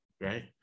right